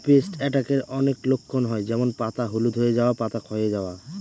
paste অ্যাটাকের অনেক লক্ষণ হয় যেমন পাতা হলুদ হয়ে যাওয়া, পাতা ক্ষয়ে যাওয়া